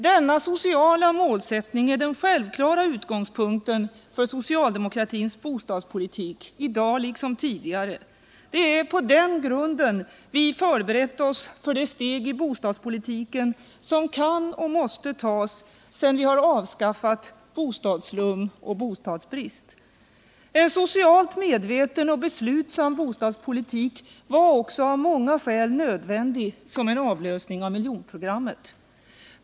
Denna sociala målsättning är den självklara utgångspunkten för socialde mokratins bostadspolitik i dag liksom tidigare. Det är på den grunden vi förberett oss för det steg i bostadspolitiken som kan och måste tas sedan vi avskaffat bostadsslum och bostadsbrist. En socialt medveten och beslutsam bostadspolitik var av många skäl nödvändig som en avlösning av miljonprogrammet.